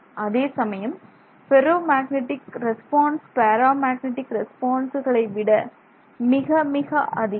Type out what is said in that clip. அதேசமயம் ferro magnetic response para magnetic ரெஸ்பான்சை விட மிக மிக அதிகம்